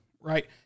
right